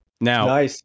Now